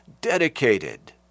dedicated